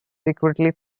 secretly